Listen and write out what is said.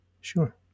sure